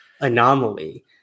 anomaly